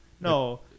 No